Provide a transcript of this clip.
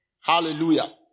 Hallelujah